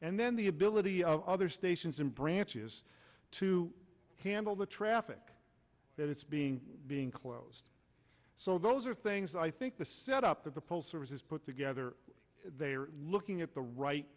and then the ability of other stations in branches to handle the traffic that it's being being closed so those are things that i think the set up of the pull services put together they are looking at the right